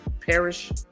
perish